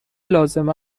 لازم